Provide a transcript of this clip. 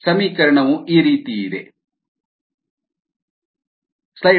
d2RdD20 If KS≪SiKSKSSi→0 ನಂತರ Dm m 1 KsKsSi0